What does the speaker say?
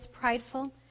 prideful